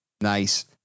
nice